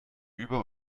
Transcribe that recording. über